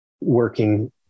working